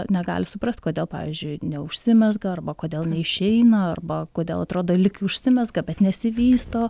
negali suprast kodėl pavyzdžiui neužsimezga arba kodėl neišeina arba kodėl atrodo lyg užsimezga bet nesivysto